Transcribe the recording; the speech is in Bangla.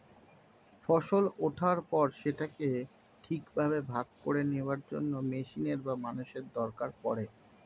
ফসল ওঠার পর সেটাকে ঠিকভাবে ভাগ করে নেওয়ার জন্য মেশিনের বা মানুষের দরকার পড়ে